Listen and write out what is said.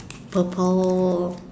purple